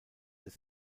des